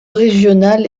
régional